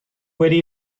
wedi